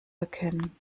erkennen